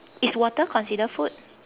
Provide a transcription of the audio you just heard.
is water considered food